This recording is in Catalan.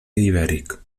ibèric